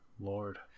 Lord